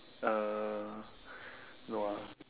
uh no ah